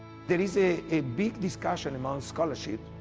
there is a. a big discussion among scholarship.